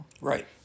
Right